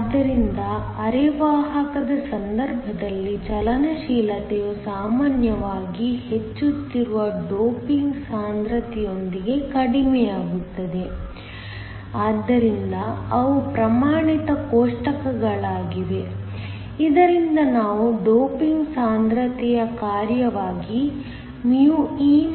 ಆದ್ದರಿಂದ ಅರೆವಾಹಕದ ಸಂದರ್ಭದಲ್ಲಿ ಚಲನಶೀಲತೆಯು ಸಾಮಾನ್ಯವಾಗಿ ಹೆಚ್ಚುತ್ತಿರುವ ಡೋಪಿಂಗ್ ಸಾಂದ್ರತೆಯೊಂದಿಗೆ ಕಡಿಮೆಯಾಗುತ್ತದೆ ಆದ್ದರಿಂದ ಅವು ಪ್ರಮಾಣಿತ ಕೋಷ್ಟಕಗಳಾಗಿವೆ ಇದರಿಂದ ನಾವು ಡೋಪಿಂಗ್ ಸಾಂದ್ರತೆಯ ಕಾರ್ಯವಾಗಿ μe